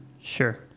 Sure